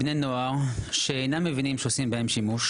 בבני נוער שאינם מבינים שעושים בהם שימוש